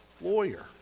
lawyer